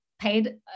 paid